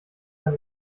dann